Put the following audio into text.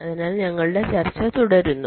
അതിനാൽ ഞങ്ങൾ ഞങ്ങളുടെ ചർച്ച തുടരുന്നു